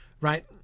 Right